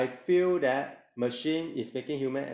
I feel that machine is making human an~